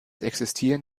existieren